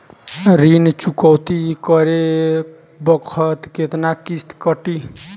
ऋण चुकौती करे बखत केतना किस्त कटी?